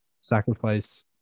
sacrifice